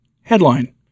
Headline